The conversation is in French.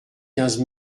quinze